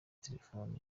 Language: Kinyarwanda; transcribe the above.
telefoni